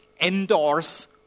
endorse